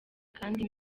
kandi